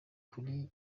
kuri